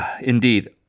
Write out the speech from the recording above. indeed